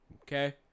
Okay